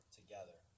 together